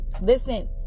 Listen